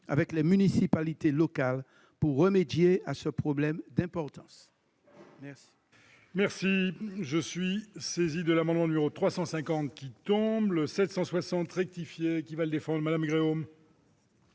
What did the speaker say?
avec les municipalités locales, pour remédier à ce problème d'importance.